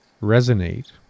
resonate